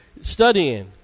studying